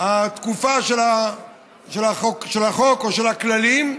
התקופה של החוק או של הכללים,